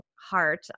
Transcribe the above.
heart